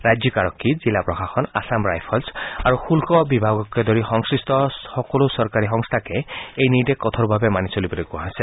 ৰাজ্যিক আৰক্ষী জিলা প্ৰশাসন আছাম ৰাইফলছ আৰু শুল্ক বিভাগকে ধৰি সংশ্লিষ্ট সকলো চৰকাৰী পক্ষকে এই নিৰ্দেশ কঠোৰভাৱে মানি চলিবলৈ কোৱা হৈছে